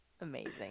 Amazing